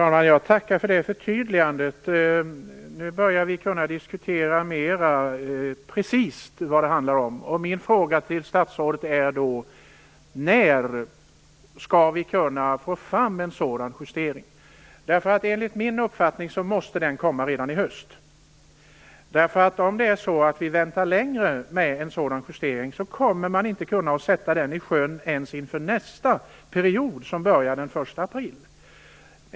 Fru talman! Jag tackar för förtydligandet. Nu börjar vi mer precist kunna diskutera vad det handlar om. Min fråga till statsrådet är: När skall vi kunna få fram en sådan justering? Enligt min uppfattning måste den komma redan i höst. Om vi väntar längre kommer vi nämligen inte att kunna sätta den i sjön ens inför nästa period, som börjar den 1 april.